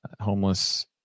Homeless